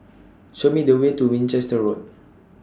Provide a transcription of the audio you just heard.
Show Me The Way to Winchester Road